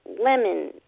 lemon